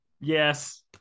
yes